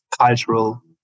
cultural